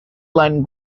line